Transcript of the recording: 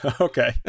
Okay